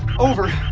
over!